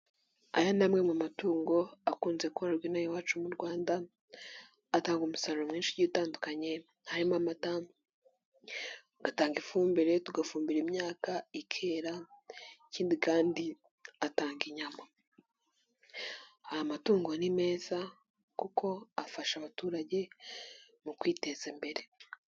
Aya ni amwe mu matungo akunze kororwa inaha iwacu mu Rwanda atanga umusaruro mwinshi utandukanye harimo amata, agatanga ifumbire tugafumbira imyaka ikera ikindi atanga inyama, aya matungo ni meza kuko afasha abaturage mu kwiteza imbere.